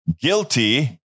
guilty